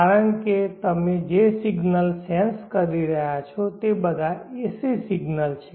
કારણ કે તમે જે સિગ્નલ સેન્સ કરી રહ્યા રહ્યા છો તે બધા AC સિગ્નલ છે